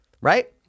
Right